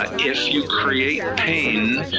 ah if you create pain,